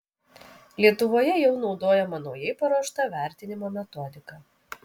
lietuvoje jau naudojama naujai paruošta vertinimo metodika